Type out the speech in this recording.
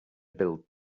build